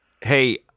hey